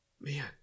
man